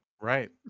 Right